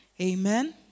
Amen